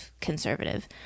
conservative